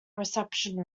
reception